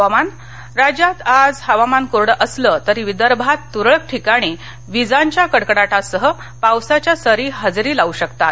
हवामान राज्यात आज हवामान कोरडं असलं तरी विदर्भात तुरळक ठिकाणी विजांच्या कडकडाटासह पावसाच्या सरी हजेरी लावू शकतात